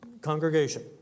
congregation